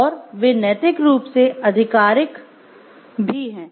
और वे नैतिक रूप से आधिकारिक भी हैं